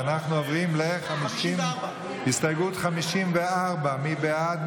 ואנחנו עוברים להסתייגות 54. מי בעד?